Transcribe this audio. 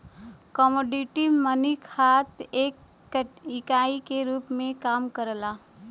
commodity money खात क एक इकाई के रूप में काम करला